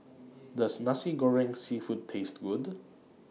Does Nasi Goreng Seafood Taste Good